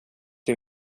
din